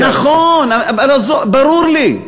נכון, ברור לי,